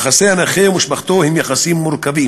יחסי הנכה ומשפחתו הם מורכבים: